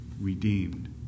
redeemed